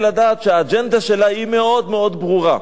לדעת שהאג'נדה שלה היא מאוד מאוד ברורה,